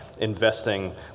investing